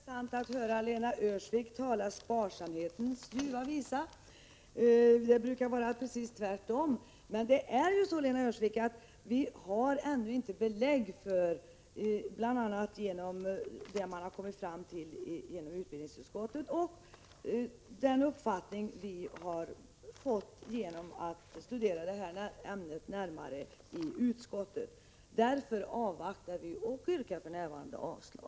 Herr talman! Det är rätt intressant att höra Lena Öhrsvik sjunga sparsamhetens ljuva visa. Det brukar vara precis tvärtom. Men, Lena Öhrsvik, vi har ännu inte fått belägg för att det skulle bli en besparing, när vi sett vad man har kommit fram till i utbildningsutskottet och när vi studerat detta ärende närmare i socialförsäkringsutskottet. Därför avvaktar vi och yrkar avslag.